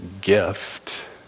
gift